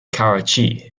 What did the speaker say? karachi